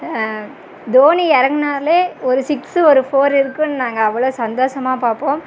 தோனி இறங்குனாலே ஒரு சிக்ஸ் ஒரு ஃபோர் இருக்கும்னு நாங்கள் அவ்வளோ சந்தோசமாக பார்ப்போம்